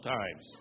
times